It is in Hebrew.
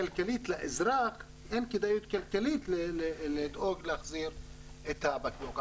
כי לאזרח אין כדאיות כלכלית לדאוג להחזיר את הבקבוק.